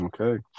okay